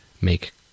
make